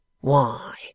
Why